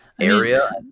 area